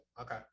okay